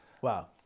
Wow